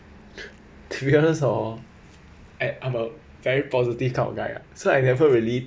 to be honest oh I I'm a very positive kind of guy ah so I never really